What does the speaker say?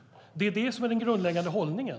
Det är det som är den grundläggande hållningen.